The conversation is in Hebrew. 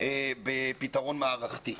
בפתרון מערכתי.